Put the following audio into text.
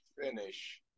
finish